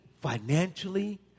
Financially